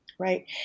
Right